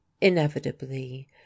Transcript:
inevitably